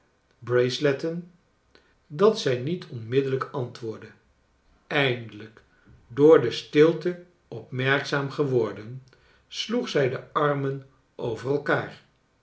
braceletten dat zij niet onmiddellijk antwoordde eindelijk door de stilte opmerkzaam geworden sloeg zij de armen over elkaar